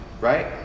right